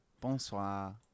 Bonsoir